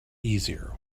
easier